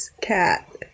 cat